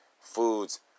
foods